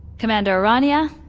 commander, o'rania.